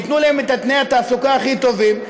וייתנו להם את תנאי התעסוקה הכי טובים,